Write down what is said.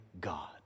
God